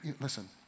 listen